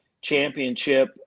championship